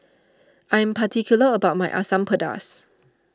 I am particular about my Asam Pedas